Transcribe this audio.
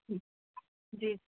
जी